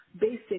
basic